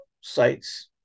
sites